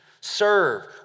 serve